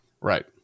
Right